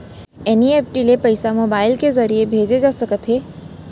NEFT ले पइसा mobile के ज़रिए भेजे जाथे सकथे?